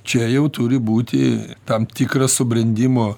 čia jau turi būti tam tikras subrendimo